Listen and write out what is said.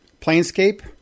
planescape